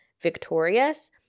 victorious